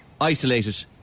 isolated